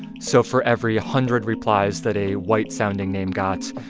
so for every hundred replies that a white-sounding name got,